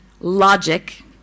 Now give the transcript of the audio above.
logic